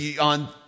On